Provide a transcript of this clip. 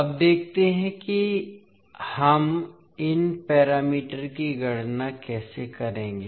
अब देखते हैं कि हम इन पैरामीटर की गणना कैसे करेंगे